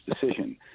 decision